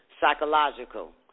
Psychological